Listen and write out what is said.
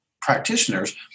practitioners